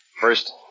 First